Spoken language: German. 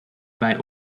bei